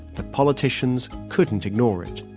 the politicians couldn't ignore it.